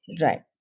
Right